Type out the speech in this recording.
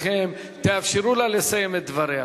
נא שבו במקומותיכם, תאפשרו לה לסיים את דבריה.